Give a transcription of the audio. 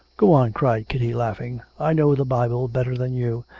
go on cried kitty, laughing. i know the bible better than you,